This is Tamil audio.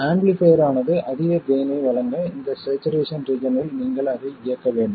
ஆம்பிளிஃபைர் ஆனது அதிக கெய்ன் ஐ வழங்க இந்த சேச்சுரேஷன் ரீஜன்யில் நீங்கள் அதை இயக்க வேண்டும்